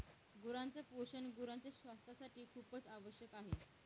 गुरांच पोषण गुरांच्या स्वास्थासाठी खूपच आवश्यक आहे